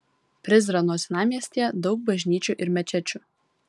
prizreno senamiestyje daug bažnyčių ir mečečių